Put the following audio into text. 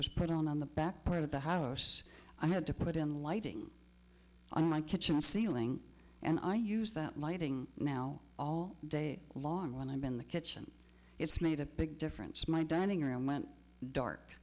was put on the back part of the house i had to put in lighting on my kitchen ceiling and i use that lighting now all day long when i'm in the kitchen it's made a big difference my dining room went dark